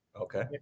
Okay